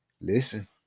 Listen